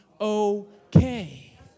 okay